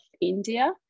India